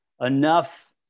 enough